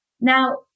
Now